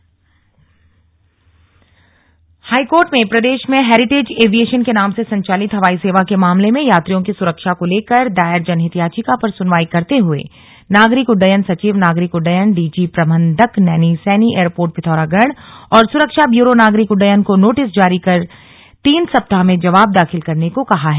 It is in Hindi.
हाईकोर्ट ऐविएशन हाईकोर्ट ने प्रदेश में हैरिटेज ऐविऐशन के नाम से संचालित हवाई सेवा के मामले में यात्रियों की सुरक्षा को लेकर दायर जनहित याचिका पर सुनवाई करते हुए नागरिक उड्डयन सचिव नागरिक उड्ययन डीजी प्रबन्धक नैनी सैनी एयरपोर्ट पिथौरागढ़ और सुरक्षा ब्यूरो नागरिक उड्ययन को नोटिस जारी कर तीन सप्ताह में जवाब दाखिल करने को कहा है